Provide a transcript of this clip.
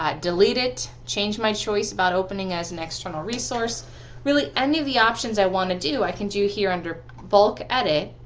ah delete it, change my choice about opening as an external resource really any of the options i want to do i can do here under bulk edit.